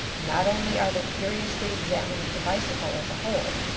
not only are they curiously examining the bicycle as a whole,